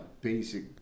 basic